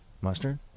mustard